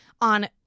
on